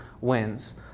wins